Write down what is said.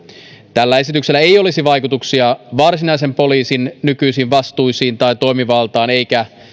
tällä esityksellä ei olisi vaikutuksia varsinaisen poliisin nykyisiin vastuisiin tai toimivaltaan eikä